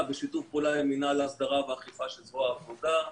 עם מינהל ההסדרה והאכיפה של זרוע העבודה.